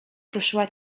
prószyła